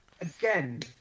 Again